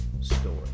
story